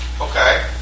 Okay